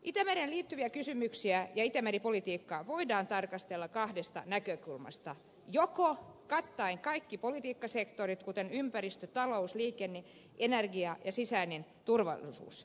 itämereen liittyviä kysymyksiä ja itämeri politiikkaa voidaan tarkastella monesta näkökulmasta jotka kattavat kaikki politiikkasektorit kuten ympäristö talous liikenne energia ja sisäinen turvallisuus